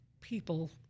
people